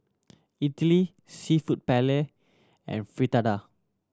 Idili Seafood Paella and Fritada